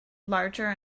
larger